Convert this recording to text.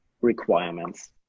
requirements